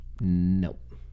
Nope